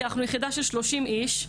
כי אנחנו יחידה של 30 איש.